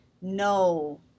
no